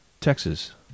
Texas